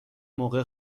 موقع